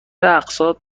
اقساط